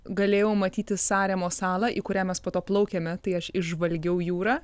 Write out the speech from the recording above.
galėjau matyti saremo salą į kurią mes po to plaukėme tai aš išžvalgiau jūrą